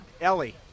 Ellie